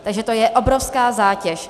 Takže to je obrovská zátěž.